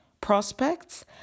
prospects